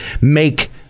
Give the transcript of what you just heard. make